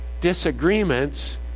disagreements